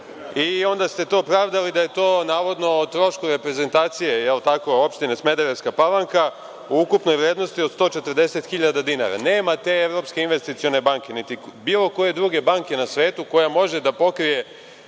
i onda ste to pravdali da je to navodno o trošku reprezentacije, jel tako, opštine Smederevska Palanka u ukupnoj vrednosti od 140 hiljada dinara. Nema te Evropske investicione banke, niti bilo koje druge banke na svetu koja može da pokrije